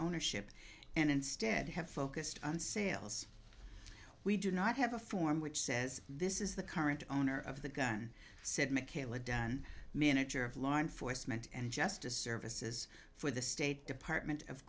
ownership and instead have focused on sales we do not have a form which says this is the current owner of the gun said mckayla dunn manager of law enforcement and justice services for the state department of